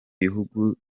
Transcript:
bihugu